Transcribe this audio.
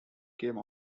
came